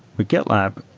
with gitlab,